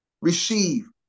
Receive